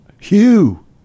Hugh